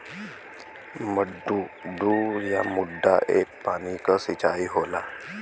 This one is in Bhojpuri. मड्डू या मड्डा एक पानी क सिंचाई होला